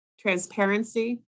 transparency